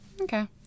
Okay